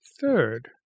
Third